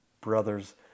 brothers